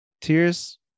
tears